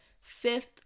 fifth